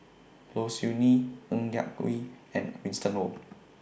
Low Siew Nghee Ng Yak Whee and Winston Oh